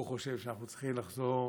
הוא חושב שאנחנו צריכים לחזור